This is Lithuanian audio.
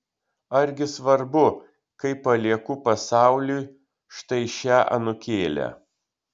argi svarbu kai palieku pasauliui štai šią anūkėlę